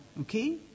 Okay